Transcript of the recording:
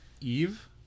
Eve